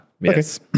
yes